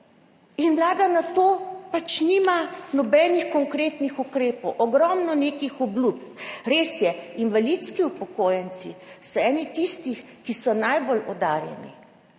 Vlada na to nima nobenih konkretnih ukrepov, ogromno je nekih obljub. Res je, invalidski upokojenci so eni tistih, ki so najbolj oddaljeni,